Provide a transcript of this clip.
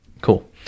cool